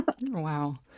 wow